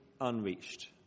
unreached